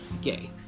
gay